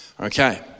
Okay